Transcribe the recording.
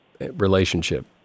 relationship